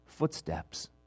footsteps